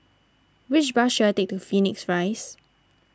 which bus should I take to Phoenix Rise